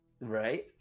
Right